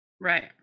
right